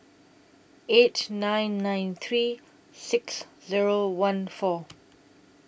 eight nine nine three six Zero one four